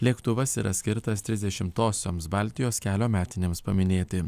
lėktuvas yra skirtas trisdešimtosioms baltijos kelio metinėms paminėti